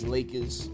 Lakers